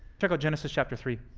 check out genesis chapter three.